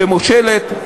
שמושלת,